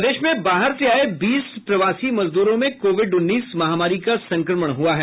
प्रदेश में बाहर से आये बीस प्रवासी मजदूरों में कोविड उन्नीस महामारी का संक्रमण हुआ है